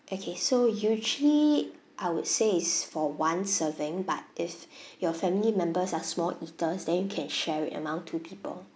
okay so usually I would say is for one serving but if your family members are small eaters then you can share with among two people